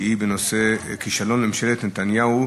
שהיא בנושא: כישלון ממשלת נתניהו,